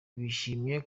bishimye